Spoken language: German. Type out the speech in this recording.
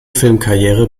filmkarriere